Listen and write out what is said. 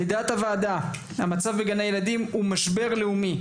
ג׳: המצב בגני הילדים הוא משבר לאומי,